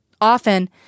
Often